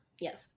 Yes